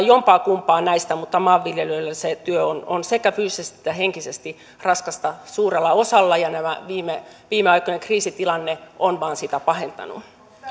jompaakumpaa näistä maanviljelijöillä se työ on on sekä fyysisesti että henkisesti raskasta suurella osalla ja viime viime aikojen kriisitilanne on vain sitä pahentanut